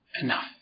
enough